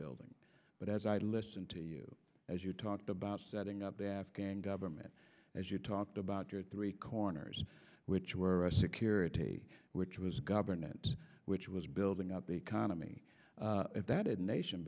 building but as i listen to you as you talked about setting up the afghan government as you talked about your three corners which were security which was a government which was building up the economy that is nation